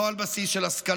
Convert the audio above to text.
לא על בסיס של השכלה.